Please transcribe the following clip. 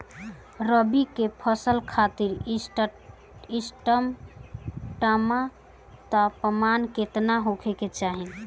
रबी क फसल खातिर इष्टतम तापमान केतना होखे के चाही?